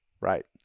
Right